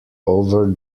over